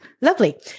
Lovely